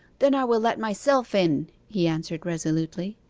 then i will let myself in he answered resolutely.